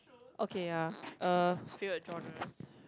okay ya uh favourite genres